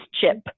Chip